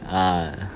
ah